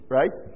right